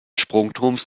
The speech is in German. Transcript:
sprungturms